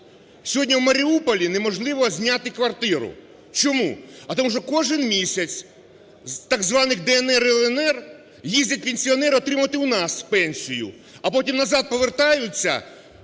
Сьогодні в Маріуполі неможливо зняти квартиру. Чому? А тому що кожен місяць з так званих "ДНР" і "ЛНР" їздять пенсіонери отримувати у нас пенсію, а потім назад повертаються